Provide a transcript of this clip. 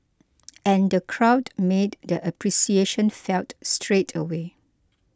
and the crowd made their appreciation felt straight away